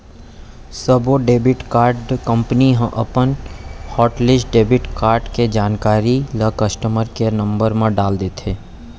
सब्बो debit card company ह अपन हॉटलिस्ट डेबिट कारड के जानकारी ल कस्टमर केयर नंबर म डाल देथे